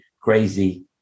crazy